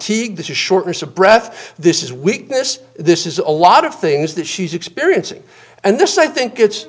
fatigue the shortness of breath this is weakness this is a lot of things that she's experiencing and this i think it's